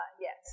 yes